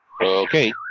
Okay